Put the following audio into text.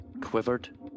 quivered